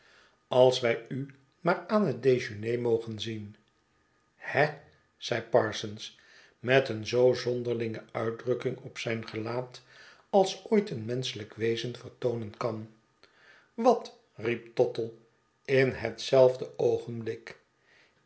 als wij u maar aan het dejeuner mogen zien he zei parsons met een zoo zonderlinge uitdrukking op zijn gelaat als ooit een menschelijk wezen vertoonen kan wat riep tottle in hetzelfde oogenblik